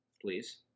Please